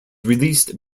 released